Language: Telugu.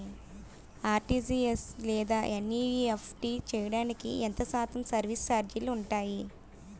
ఆర్.టీ.జీ.ఎస్ లేదా ఎన్.ఈ.ఎఫ్.టి చేయడానికి ఎంత శాతం సర్విస్ ఛార్జీలు ఉంటాయి?